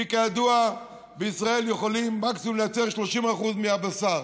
כי כידוע בישראל יכולים לייצר מקסימום 30% מהבשר.